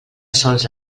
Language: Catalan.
sols